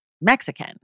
mexican